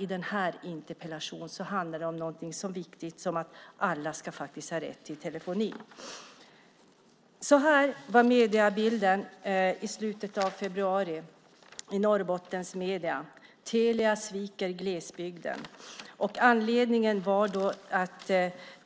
I interpellationen handlar det om någonting så viktigt som att alla ska ha rätt till telefoni. Mediebilden i slutet av februari i Norrbottensmedierna var denna: Telia sviker glesbygden. Anledningen var att